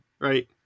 right